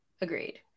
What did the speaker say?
agreed